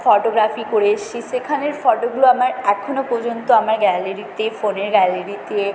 photography করে এসেছি সেখানের ফটোগুলো আমার এখনও পর্যন্ত আমার গ্যালারিতে ফোনের গ্যালারিতে